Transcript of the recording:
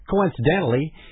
coincidentally